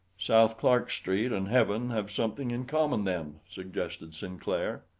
south clark street and heaven have something in common, then, suggested sinclair.